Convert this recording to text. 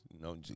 No